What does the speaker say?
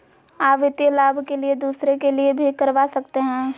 आ वित्तीय लाभ के लिए दूसरे के लिए भी करवा सकते हैं?